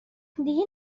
دیگه